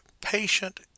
patient